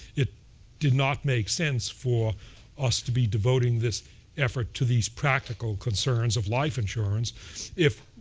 it did not make sense for us to be devoting this effort to these practical concerns of life insurance if